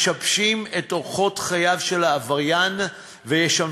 זה משבש את אורחות חייו של העבריין וישמש